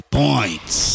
points